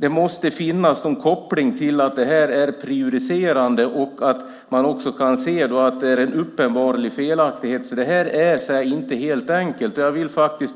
Det måste finnas en koppling till att det är prejudicerande och att man kan se att det är en uppenbar felaktighet. Det är inte helt enkelt. Jag vill